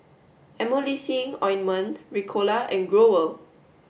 emulsying ointment Ricola and Growell